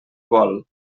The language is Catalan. vol